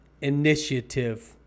initiative